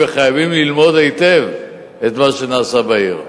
זמניים, וחייבים ללמוד היטב את מה שנעשה בעיר.